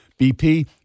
BP